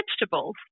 vegetables